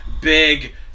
big